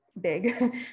big